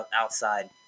outside